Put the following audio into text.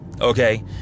Okay